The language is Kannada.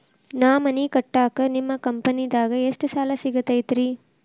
ನಾ ಮನಿ ಕಟ್ಟಾಕ ನಿಮ್ಮ ಕಂಪನಿದಾಗ ಎಷ್ಟ ಸಾಲ ಸಿಗತೈತ್ರಿ?